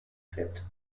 fett